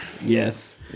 Yes